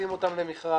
ומוציאים אותן למכרז.